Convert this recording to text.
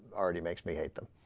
already makes me hate them